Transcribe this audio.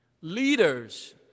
leaders